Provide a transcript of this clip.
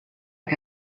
que